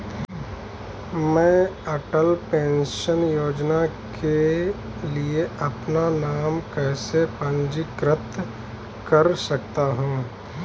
मैं अटल पेंशन योजना के लिए अपना नाम कैसे पंजीकृत कर सकता हूं?